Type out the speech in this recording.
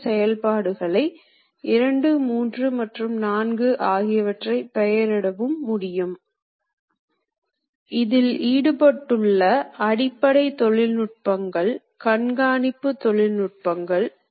எப்படியெனில் இது சுழலும் போது கருவி ஒரு முனையிலிருந்து மற்றொரு முனைக்கு ஒரு குறிப்பிட்ட ஊடுருவல் அளவில் நகரும்போது அந்த அளவுக்கு உலோகம் ஒர்க்பீஸிலிருந்து நீக்கப்படுகிறது